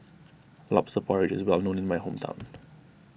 Lobster Porridge is well known in my hometown